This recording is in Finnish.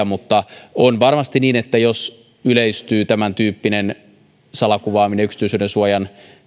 mutta on varmasti niin että jos yleistyy tämäntyyppinen salakuvaaminen yksityisyyden suojan